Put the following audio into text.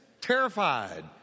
Terrified